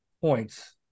points